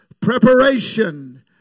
preparation